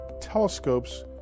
telescopes